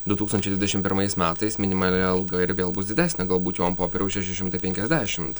du tūkstančiai dvidešim pirmais metais minimali alga ir vėl bus didesnė galbūt jau an popieriaus šeši šimtai penkiasdešimt